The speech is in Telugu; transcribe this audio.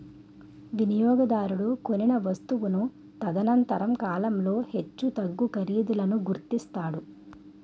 వినియోగదారుడు కొనిన వస్తువును తదనంతర కాలంలో హెచ్చుతగ్గు ఖరీదులను గుర్తిస్తాడు